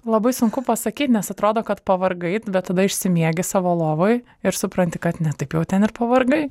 labai sunku pasakyt nes atrodo kad pavargai bet tada išsimiegi savo lovoj ir supranti kad ne taip jau ten ir pavargai